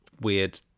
weird